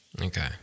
okay